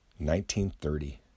1930